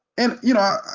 and you know,